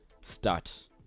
start